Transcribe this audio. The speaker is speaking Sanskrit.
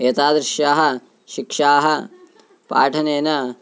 एतादृश्यः शिक्षाः पाठनेन